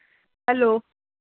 hello